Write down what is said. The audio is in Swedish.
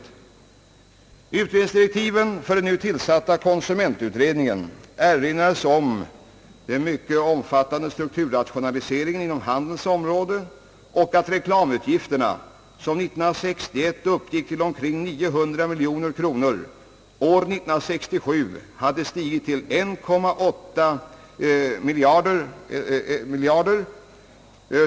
I utredningsdirektiven för den nu tillsatta konsumentutredningen erinras om den mycket omfattande strukturrationaliseringen inom handelns område och att reklamutgifterna, som 1961 uppgick till omkring 900 miljoner kronor, år 1967 hade stigit till 1,8 miljard.